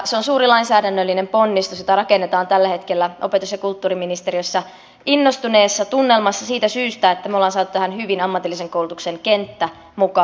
se on suuri lainsäädännöllinen ponnistus jota rakennetaan tällä hetkellä opetus ja kulttuuriministeriössä innostuneessa tunnelmassa siitä syystä että me olemme saaneet tähän hyvin ammatillisen koulutuksen kentän mukaan